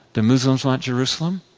the muslims want jerusalem.